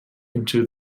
into